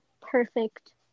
perfect